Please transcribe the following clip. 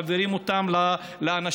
מעבירים אותן לאנשים,